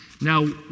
Now